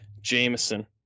Jameson